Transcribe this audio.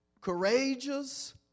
courageous